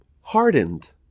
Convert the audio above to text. hardened